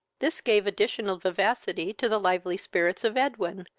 this gave additional vivacity to the lively spirits of edwin,